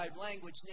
language